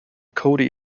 cody